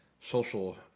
social